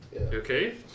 Okay